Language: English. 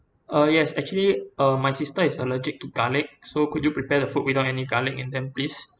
uh yes actually uh my sister is allergic to garlic so could you prepare the food without any garlic in them please